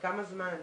לכמה זמן,